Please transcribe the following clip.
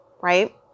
Right